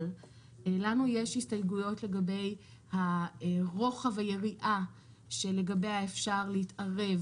אבל לנו יש הסתייגויות לגבי רוחב היריעה שלגביה אפשר להתערב